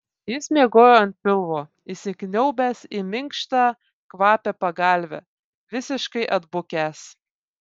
jis miegojo ant pilvo įsikniaubęs į minkštą kvapią pagalvę visiškai atbukęs